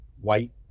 white